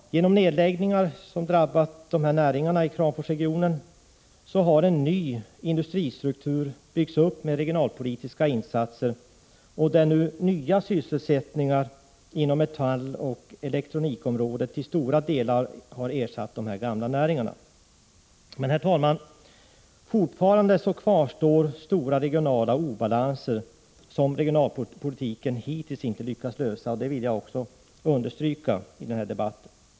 Genom nedläggningar som drabbat dessa näringar i Kramforsregionen har en ny industristruktur byggts upp med regionalpolitiska insatser, och nya sysselsättningar inom metalloch elektronikindustriområden har till stora delar ersatt dessa näringar. Herr talman! Fortfarande kvarstår stora regionala obalanser som regionalpolitiken hittills inte lyckats lösa. Det vill jag också understryka i debatten.